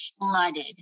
flooded